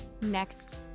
next